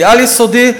כי העל-יסודי,